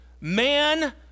Man